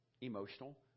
emotional